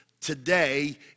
today